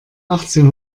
achtzehn